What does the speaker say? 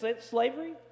slavery